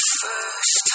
first